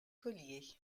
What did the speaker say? colliers